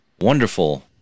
wonderful